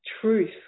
truth